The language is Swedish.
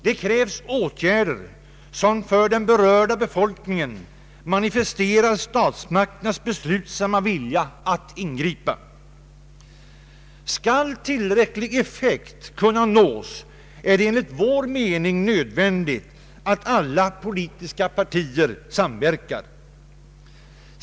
Det krävs åtgärder som för den berörda befolkningen manifesterar statsmakternas beslutsamma vilja att ingripa. Skall tillräcklig effekt kunna uppnås är det enligt vår mening nödvändigt att alla politiska partier samverkar.